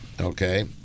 Okay